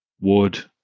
Wood